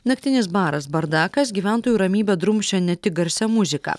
naktinis baras bardakas gyventojų ramybę drumsčia ne tik garsia muzika